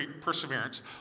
perseverance